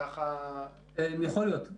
וככה --- יכול להיות.